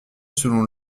selon